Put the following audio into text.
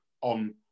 on